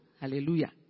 Hallelujah